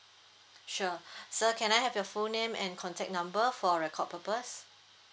sure sir can I have your full name and contact number for record purpose